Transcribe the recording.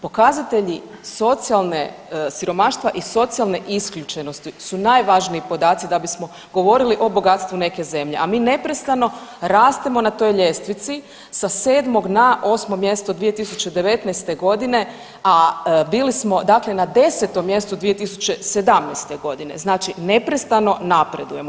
Pokazatelji socijalne, siromaštva i socijalne isključenosti su najvažniji podaci da bismo govorili o bogatstvu neke zemlje, a mi neprestano rastemo na toj ljestvici sa 7. na 8. mjesto 2019. g., a bili smo dakle na 10. mjestu 2017. g. Znači neprestano napredujemo.